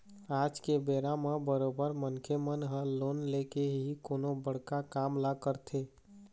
आज के बेरा म बरोबर मनखे मन ह लोन लेके ही कोनो बड़का काम ल करथे